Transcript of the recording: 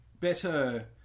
better